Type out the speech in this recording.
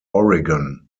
oregon